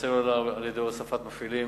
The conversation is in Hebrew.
בסלולר, על-ידי הוספת מפעילים,